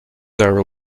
our